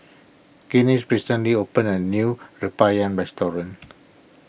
Glennis recently opened a new Rempeyek restaurant